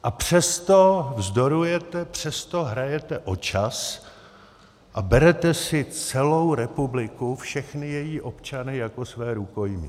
A přesto vzdorujete, přesto hrajete o čas a berete si celou republiku, všechny její občany jako své rukojmí.